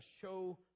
show